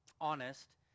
honest